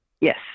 Yes